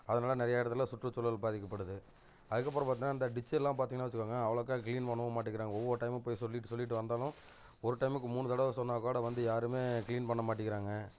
அதனால நிறையா இடத்துல சுற்றுச்சூழல் பாதிக்கப்படுது அதுக்கப்புறம் பார்த்திங்கனா அந்த டிச்செல்லாம் பார்த்திங்கனா வச்சிக்கோங்களேன் அவ்வளோக்கா க்ளீன் பண்ணவும் மாட்டேங்கிறாங்க ஒவ்வொரு டைமும் போய் சொல்லிட்டு சொல்லிட்டு வந்தாலும் ஒரு டைமுக்கு மூணு தடவை சொன்னால் கூட வந்து யாருமே க்ளீன் பண்ண மாட்டிங்கிறாங்க